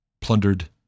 plundered